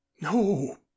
no